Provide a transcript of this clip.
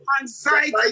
anxiety